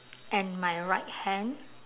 and my right hand